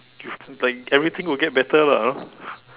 if like everything will get better lah you know